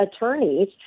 attorneys